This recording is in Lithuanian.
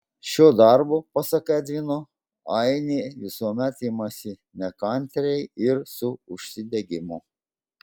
šio darbo pasak edvino ainė visuomet imasi nekantriai ir su užsidegimu